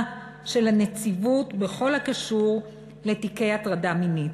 של הנציבות בכל הקשור לתיקי הטרדה מינית.